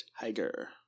tiger